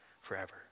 forever